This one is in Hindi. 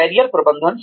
कैरियर प्रबंधन